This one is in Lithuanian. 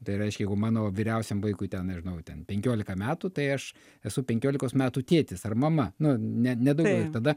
tai reiškia jeigu mano vyriausiam vaikui ten nežinau ten penkiolika metų tai aš esu penkiolikos metų tėtis ar mama nu ne ne daugiau ir tada